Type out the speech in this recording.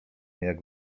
jak